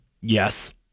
Yes